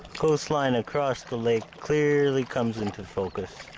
coastline across the lake clearly comes into focus.